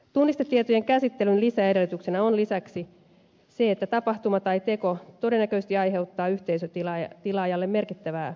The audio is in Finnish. tunnistetietojen käsittelyn lisäedellytyksenä on lisäksi se että tapahtuma tai teko todennäköisesti aiheuttaa yhteisötilaajalle merkittävää haittaa